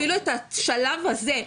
אפילו את השלב הזה,